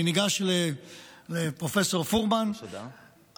אני ניגש לפרופ' פורמן האימתני,